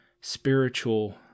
spiritual